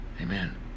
Amen